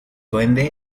duende